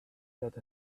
that